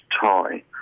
tie